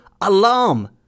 alarm